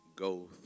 go